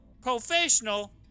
professional